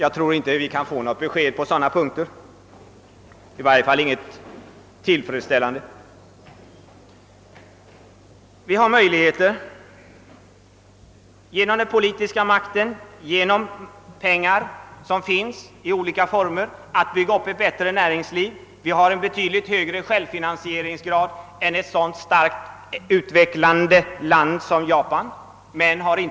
Genom den politiska makten och genom att utnyttja de medel som finns har vi möjlighet att bygga upp ett bättre näringsliv. Vi har en betydligt högre grad av självfinansiering än vad eti land som utvecklas så starkt som Japan har.